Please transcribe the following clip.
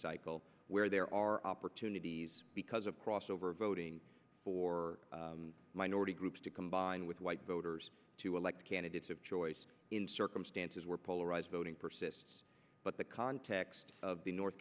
cycle where there are opportunities because of crossover voting for minority groups to combine with white voters to elect candidates of choice in circumstances where polarized voting persists but the context of the north